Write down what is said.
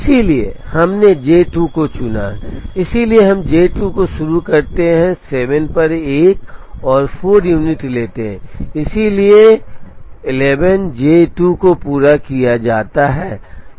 इसलिए हमने J 2 को चुना इसलिए हम J 2 को शुरू करते हैं 7 पर एक और 4 यूनिट लेते हैं इसलिए 11 J 2 को पूरा किया जाता है